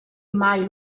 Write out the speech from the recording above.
mai